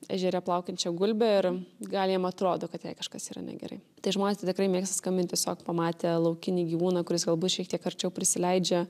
ežere plaukiojančią gulbę ir gal jiem atrodo kad jai kažkas yra negerai tai žmonės tai tikrai mėgsta skambint tiesiog pamatę laukinį gyvūną kuris galbūt šiek tiek arčiau prisileidžia